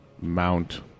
mount